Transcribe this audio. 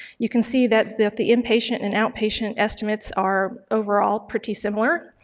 you can see that the inpatient and outpatient estimates are overall pretty similar,